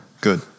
Good